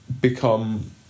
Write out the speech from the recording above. become